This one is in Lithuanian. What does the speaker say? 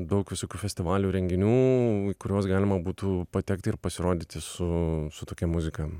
daug visokių festivalių renginių į kuriuos galima būtų patekti ir pasirodyti su su tokia muzika